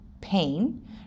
pain